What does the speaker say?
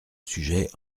sujet